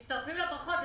מצטרפים לברכות.